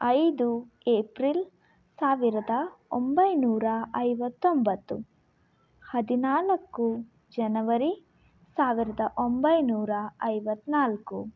ಐದು ಏಪ್ರಿಲ್ ಸಾವಿರದ ಒಂಬೈನೂರ ಐವತ್ತೊಂಬತ್ತು ಹದಿನಾಲ್ಕು ಜನವರಿ ಸಾವಿರದ ಒಂಬೈನೂರ ಐವತ್ನಾಲ್ಕು